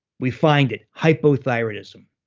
we find it, hypothyroidism.